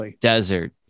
desert